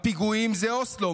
הפיגועים זה אוסלו,